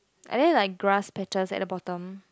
are there like grass patches at the bottom